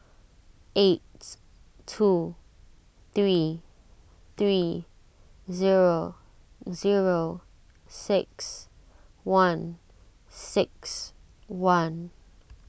eight two three three zero zero six one six one